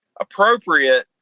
appropriate